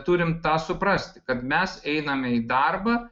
turim tą suprasti kad mes einame į darbą